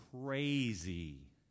crazy